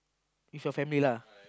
with your family lah